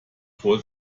vor